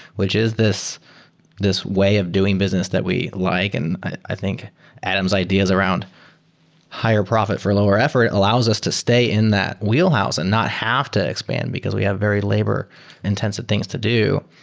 which is this this way of doing business that we like. and i think adam's ideas around higher profit for lower effort allows us to stay in that wheelhouse and not have to expand, because we have very labor intensive things to do.